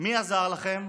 מי עזר לכם?